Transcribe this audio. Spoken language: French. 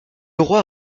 roi